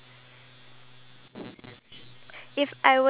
the chicken so bird eat bird